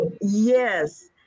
yes